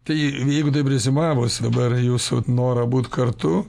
tai jeigu taip reziumavus dabar jūsų norą būt kartu